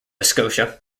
scotia